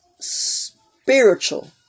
spiritual